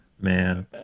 man